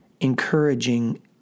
encouraging